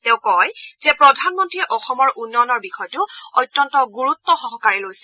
তেওঁ কয় যে প্ৰধানমন্ৰীয়ে অসমৰ উন্নয়নৰ বিষয়টো অত্যন্ত গুৰুত্বসহকাৰে লৈছে